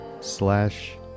slash